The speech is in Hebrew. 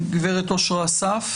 גברת אושרה אסף